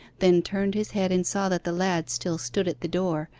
then turned his head and saw that the lad still stood at the door,